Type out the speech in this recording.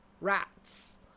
Rats